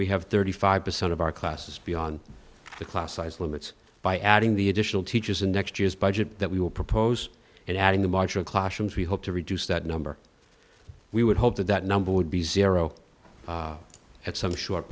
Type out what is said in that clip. we have thirty five percent of our classes beyond the class size limits by adding the additional teachers in next year's budget that we will propose and adding the marginal classrooms we hope to reduce that number we would hope that that number would be zero at some short